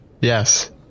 yes